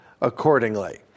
accordingly